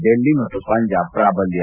ಡೆಲ್ಲಿ ಮತ್ತು ಪಂಜಾಬ್ ಪೂಬಲ್ತ